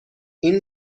این